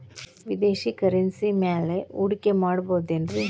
ವಿದೇಶಿ ಕರೆನ್ಸಿ ಮ್ಯಾಲೆ ಹೂಡಿಕೆ ಮಾಡಬಹುದೇನ್ರಿ?